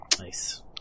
Nice